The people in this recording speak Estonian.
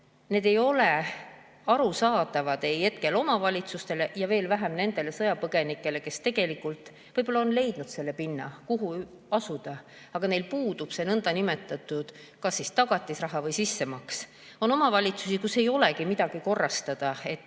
need ei ole arusaadavad hetkel omavalitsustele ja veel vähem nendele sõjapõgenikele, kes tegelikult võib-olla on leidnud selle pinna, kuhu asuda, aga neil puudub see nõndanimetatud tagatisraha või sissemaks. On omavalitsusi, kus ei olegi midagi korrastada, on